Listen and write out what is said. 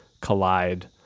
collide